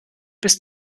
bis